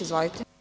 Izvolite.